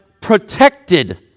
protected